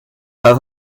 pas